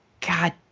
God